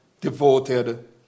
devoted